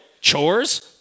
Chores